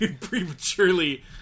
prematurely